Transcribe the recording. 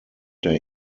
der